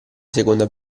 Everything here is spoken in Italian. seconda